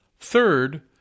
Third